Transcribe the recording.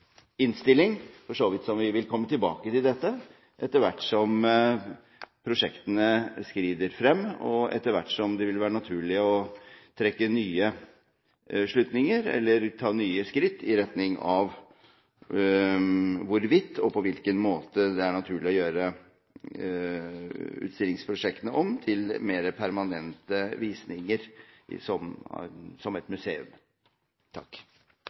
vi vil komme tilbake til dette etter hvert som prosjektene skrider frem, og etter hvert som det vil være naturlig å trekke nye slutninger eller ta nye skritt i retning av hvorvidt og på hvilken måte det er naturlig å gjøre utstillingsprosjektene om til mer permantente visninger som et museum.